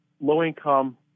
low-income